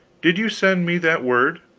did you send me that word?